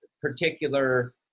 particular